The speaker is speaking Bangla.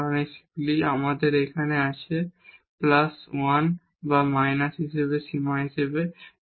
কারণ এইগুলি আমাদের প্লাস 1 বা মাইনাস 1 সীমা হিসাবে আছে